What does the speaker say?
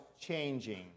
changing